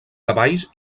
cavalls